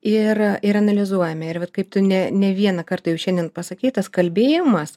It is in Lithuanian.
ir ir analizuojame ir vat kaip tu ne ne vieną kartą jau šiandien pasakei tas kalbėjimas